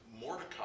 Mordecai